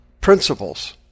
principles